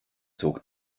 zog